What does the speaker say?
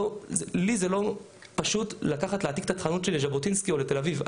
לי זה לא פשוט להעתיק את החנות לז'בוטינסקי או לתל אביב.